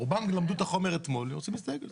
רובם למדו את החומר אתמול ורוצים להסתייג על זה.